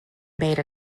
made